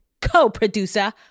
co-producer